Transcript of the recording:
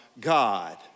God